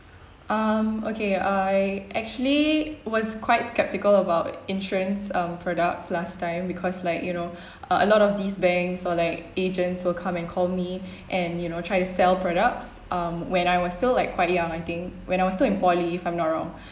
um okay I actually was quite skeptical about insurance um products last time because like you know uh a lot of these banks or like agents will come and call me and you know try to sell products um when I was still like quite young I think when I was still in poly if I'm not wrong